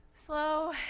Slow